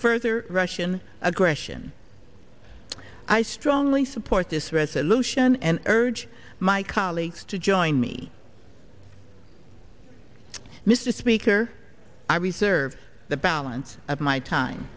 further russian aggression i strongly support this resolution and urge my colleagues to join me mr speaker i reserve the balance of my time